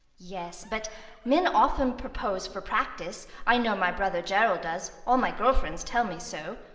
yes, but men often propose for practice. i know my brother gerald does. all my girl-friends tell me so.